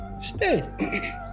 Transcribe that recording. Stay